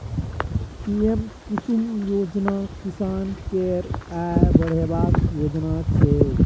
PM Kusum योजना किसान केर आय बढ़ेबाक योजना छै